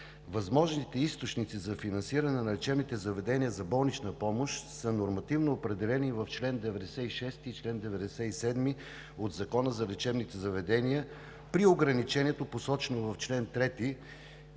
Възможните източници за финансиране на лечебните заведения за болнична помощ са нормативно определени в чл. 96 и чл. 97 от Закона за лечебните заведения при ограничението, посочено в чл. 3,